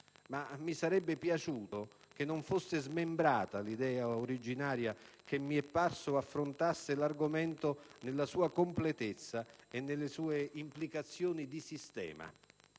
ma mi sarebbe piaciuto che non fosse smembrata l'idea originaria che mi è parso affrontasse l'argomento nella sua completezza e nelle sue implicazioni di sistema.